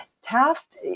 Taft